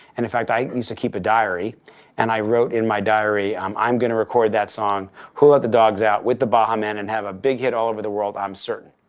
and, in fact, i used to keep a diary and i wrote in my diary, i'm i'm going to record that song, who let ah the dogs out with the baha men, and have a big hit all over the world. i'm certain.